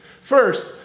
First